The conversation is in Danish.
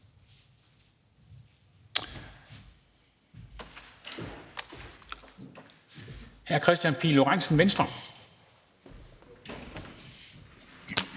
det hr. Kristian Pihl Lorentzen, Venstre.